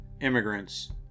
immigrants